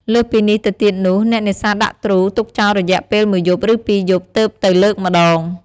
លើសពីនេះទៅទៀតនោះ អ្នកនេសាទដាក់ទ្រូទុកចោលរយៈពេលមួយឬពីរយប់ ទើបទៅលើកម្ដង។